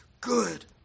good